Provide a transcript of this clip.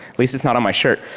least it's not on my shirt.